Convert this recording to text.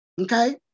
Okay